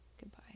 goodbye